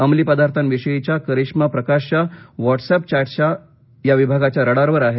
अंमलीपदार्था विषयीच्या करिष्मा प्रकाशच्या WhatsApp chats या विभागाघ्या रडारवर आहेत